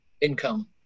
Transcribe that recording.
income